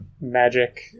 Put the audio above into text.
magic